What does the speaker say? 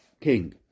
king